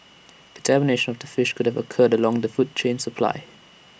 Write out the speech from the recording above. contamination of the fish could have occurred along the food chain supply